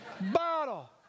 bottle